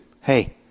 hey